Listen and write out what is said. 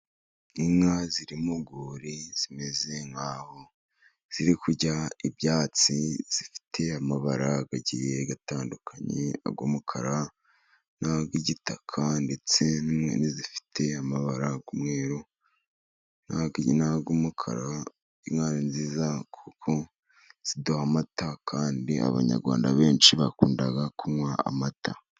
Inka ziri mu rwuri zimeze nk'aho ziri kurya ibyatsi. Zifite amabara agiye atandukanye. Ay'umukara, n'ay'igitaka, ndetse hari n'izifite amabara y'umweru n'ay'umukara. Inka ni nziza kuko ziduha amata, kandi Abanyarwanda benshi bakunda kunywa amata.